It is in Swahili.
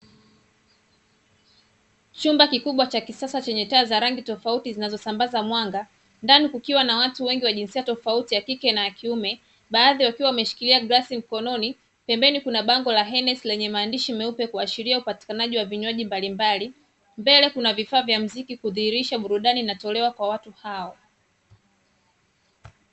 Chumba kikubwa cha kisasa chenye taa za rangi tofauti zinazosambaza mwanga, ndani kukiwa watu wengi wa jinsia tofauti, ya kike na ya kiume, baadhi wakiwa wameshikilia glasi mkononi, pambeni kuna bango la Hennesy lenye maandishi meupe kuashiria upatikanaji wa vinywaji mbalimbali, mbele kuna vifaa vya muziki kudhihirisha burudani inatolewa kwa watu hao.